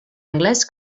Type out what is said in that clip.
anglès